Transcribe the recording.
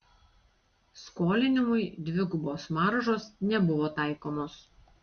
skolinimui dvigubos maržos nebuvo taikomos